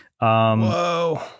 Whoa